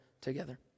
together